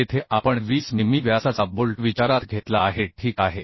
येथे आपण 20 मिमी व्यासाचा बोल्ट विचारात घेतला आहे ठीक आहे